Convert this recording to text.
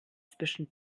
zwischen